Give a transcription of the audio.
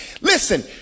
Listen